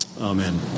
Amen